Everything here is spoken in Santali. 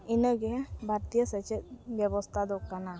ᱤᱱᱟᱹᱜᱮ ᱵᱷᱟᱨᱚᱛᱤᱭᱚ ᱥᱮᱪᱮᱫ ᱵᱮᱵᱚᱥᱛᱷᱟ ᱫᱚ ᱠᱟᱱᱟ